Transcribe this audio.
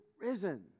risen